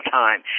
time